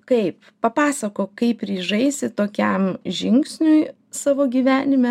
kaip papasakok kaip ryžaisi tokiam žingsniui savo gyvenime